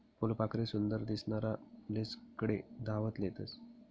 फुलपाखरे सुंदर दिसनारा फुलेस्कडे धाव लेतस